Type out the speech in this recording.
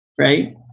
Right